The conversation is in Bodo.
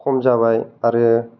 खमजाबाय आरो